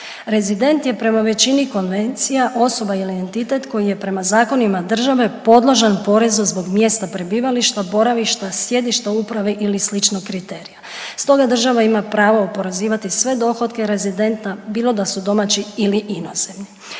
Rezident je prema većini konvencija osoba ili entitet koji je prema zakonima države podložan porezu zbog mjesta prebivališta, boravišta, sjedišta uprave ili sličnog kriterija, stoga država ima pravo oporezivati sve dohotke rezidenta bilo da su domaći ili inozemni.